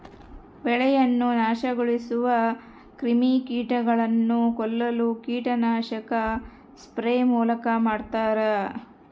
ಬೆಳೆಯನ್ನು ನಾಶಗೊಳಿಸುವ ಕ್ರಿಮಿಕೀಟಗಳನ್ನು ಕೊಲ್ಲಲು ಕೀಟನಾಶಕ ಸ್ಪ್ರೇ ಮೂಲಕ ಮಾಡ್ತಾರ